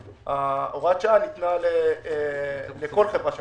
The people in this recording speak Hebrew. הוראת השעה ניתנה לכל חברה שמנפיקה.